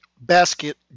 basket